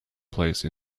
place